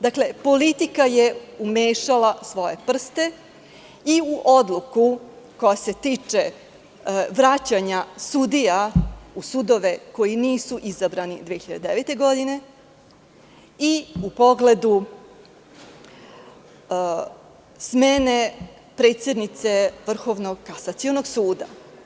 Dakle, politika je umešala svoje prste i u odluku koja se tiče vraćanja sudija u sudove koji nisu izabrani 2009. godine i u pogledu smene predsednice Vrhovnog kasacionog suda.